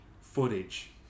footage